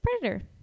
Predator